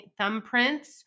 thumbprints